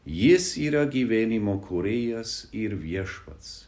jis yra gyvenimo kūrėjas ir viešpats